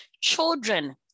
Children